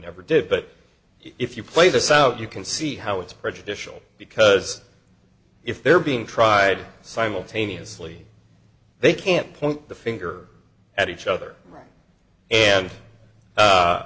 never did but if you play this out you can see how it's prejudicial because if they're being tried simultaneously they can't point the finger at each other and a